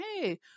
Hey